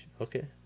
okay